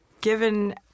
Given